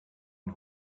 und